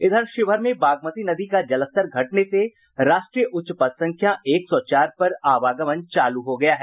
इधर शिवहर में बागमती नदी का जलस्तर घटने से राष्ट्रीय उच्च पथ संख्या एक सौ चार पर आवागमन चालू हो गया है